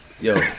Yo